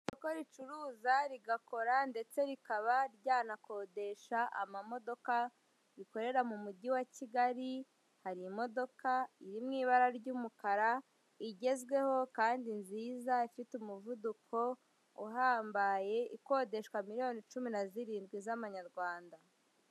Isoko ricuruza rigakora ndetse rikaba ryanakodesha amamodoka, rikorera mu Mujyi wa Kigali, hari imodoka iri mu ibara ry'umukara, igezweho kandi nziza ifite umuvuduko uhambaye, ikodeshwa miliyoni cumi na zirindwi z'amanyarwanda.